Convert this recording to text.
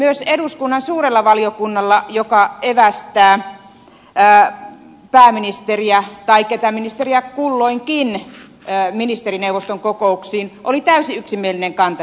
myös eduskunnan suurella valiokunnalla joka evästää pääministeriä tai ketä ministeriä kulloinkin ministerineuvoston kokouksiin oli täysin yksimielinen kanta tässä